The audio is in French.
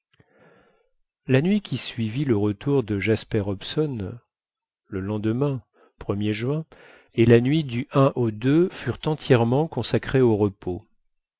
la nuit qui suivit le retour de jasper hobson le lendemain er juin et la nuit du au furent entièrement consacrés au repos